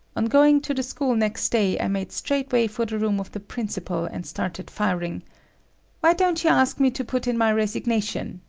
on going to the school next day i made straightway for the room of the principal and started firing why don't you ask me to put in my resignation?